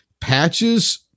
Patches